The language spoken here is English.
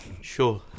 Sure